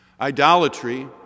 Idolatry